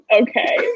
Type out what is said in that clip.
Okay